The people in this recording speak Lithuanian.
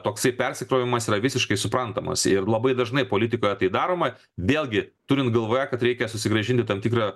toksai persikrovimas yra visiškai suprantamas ir labai dažnai politikoje tai daroma vėlgi turint galvoje kad reikia susigrąžinti tam tikrą